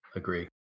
agree